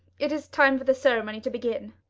it is time for the ceremony to begin.